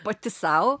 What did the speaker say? pati sau